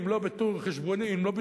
אם לא בטור הנדסי,